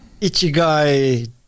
Ichigai